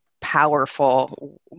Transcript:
powerful